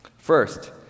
First